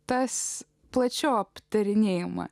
tas plačiau aptarinėjama